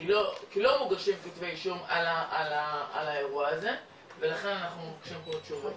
לא מוגשים כתבי אישום על האירוע הזה ולכן אנחנו --- תודה,